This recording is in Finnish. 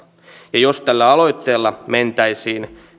ja jos tällä aloitteella mentäisiin